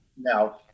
Now